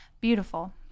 Beautiful